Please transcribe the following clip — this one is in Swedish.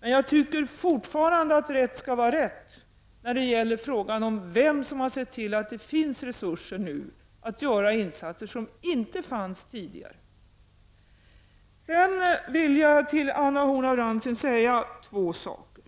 Men jag tycker fortfarande att rätt skall vara rätt när det gäller frågan om vem som har sett till att det nu finns resurser att göra insatser som inte fanns tidigare. Till Anna Horn af Rantzien vill jag säga två saker.